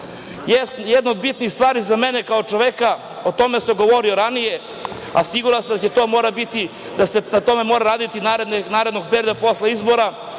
od bitnijih stvari za mene kao čoveka, o tome sam govorio ranije, a siguran sam da se na tome mora raditi narednog perioda posle izbora,